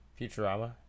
Futurama